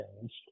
changed